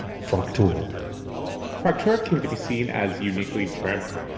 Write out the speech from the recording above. fraktur fraktur came to be seen as uniquely german,